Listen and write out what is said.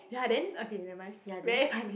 ya then okay never mind very funny